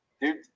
Dude